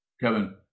Kevin